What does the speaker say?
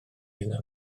iddo